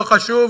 לא חשוב,